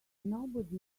nobody